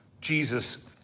Jesus